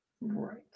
right